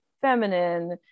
feminine